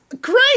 Great